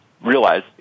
realize